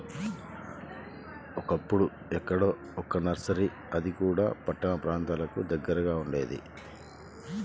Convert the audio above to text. ఒకప్పుడు ఎక్కడో ఒక్క నర్సరీ అది కూడా పట్టణ ప్రాంతాలకు దగ్గరగా ఉండేది